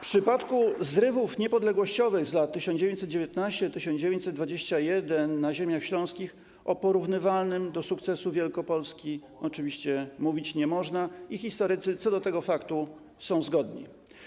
przypadku zrywów niepodległościowych z lat 1919-1921 na ziemiach śląskich o sukcesie porównywalnym do tego z Wielkopolski oczywiście mówić nie można i historycy co do tego faktu są zgodni.